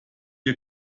ihr